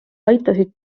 aitasid